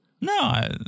No